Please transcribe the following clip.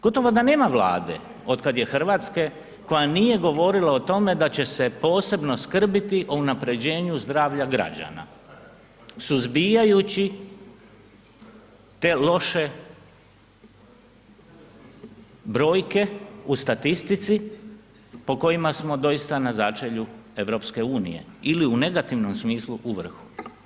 Gotovo da nema Vlade od kada je Hrvatske koja nije govorila o tome da će se posebno skrbiti o unapređenju zdravlja građana suzbijajući te loše brojke u statistici po kojima smo doista na začelju EU ili u negativnom smislu u vrhu.